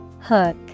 Hook